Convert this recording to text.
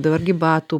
dabar gi batų